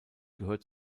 gehört